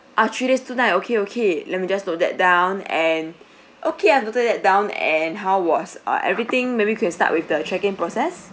ah three days two nights okay okay let me just note that down and okay I have noted that down and how was uh everything maybe you can start with the check-in process